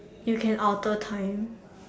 you can alter time